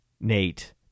Nate